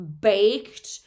baked